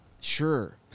sure